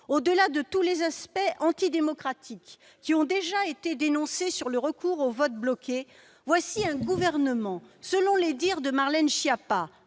Au-delà de tous les aspects antidémocratiques qui ont été déjà dénoncés sur le recours au vote bloqué, voilà un gouvernement qui, selon les dires de Marlène Schiappa,